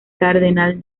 cardenal